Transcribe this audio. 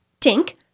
Tink